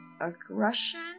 aggression